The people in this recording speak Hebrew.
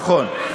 נכון.